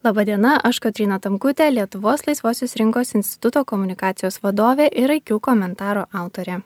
laba diena aš kotryna tamkutė lietuvos laisvosios rinkos instituto komunikacijos vadovė ir iq komentaro autorė